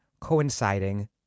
coinciding